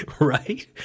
right